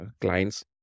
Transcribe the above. clients